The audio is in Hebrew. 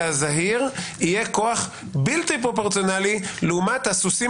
והזהיר יהיה כוח בלתי פרופורציונאלי לעומת הסוסים